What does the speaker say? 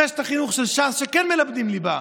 רשת החינוך של ש"ס, שכן מלמדים בה ליבה,